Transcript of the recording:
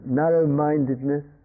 narrow-mindedness